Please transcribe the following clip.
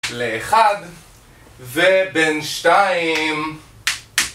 לאחד ובין שתיים